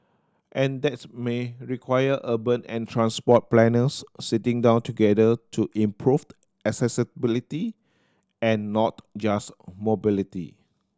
and that's may require urban and transport planners sitting down together to improved accessibility and not just mobility